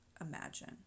imagine